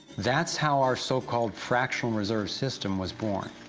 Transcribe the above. that's how our so-called fractional reserve system was born.